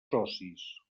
socis